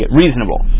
reasonable